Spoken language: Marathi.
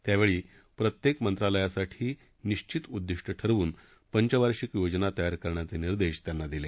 त्यावेळी प्रत्येक मंत्रालयासाठी निश्वित उद्दिष्ट ठरवून पंचवार्षिक योजना तयार करण्याचे निर्देश त्यांना दिले